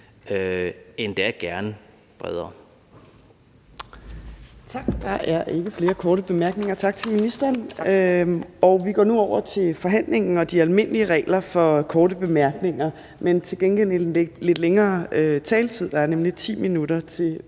(Trine Torp): Tak. Der er ikke flere korte bemærkninger. Tak til ministeren. Vi går nu over til forhandlingen og de almindelige regler for korte bemærkninger, men til gengæld er der en lidt længere taletid. Der er nemlig 10 minutter til